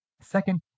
Second